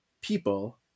people